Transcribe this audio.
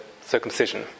circumcision